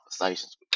conversations